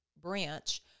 Branch